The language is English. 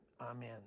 Amen